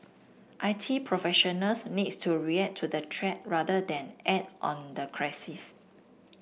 I T professionals needs to react to the threat rather than act on the crisis